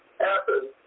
happen